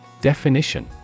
Definition